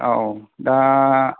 औ दा